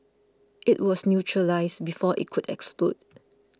it was neutralised before it could explode